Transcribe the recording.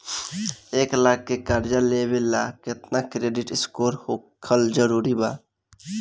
एक लाख के कर्जा लेवेला केतना क्रेडिट स्कोर होखल् जरूरी बा?